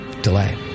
delay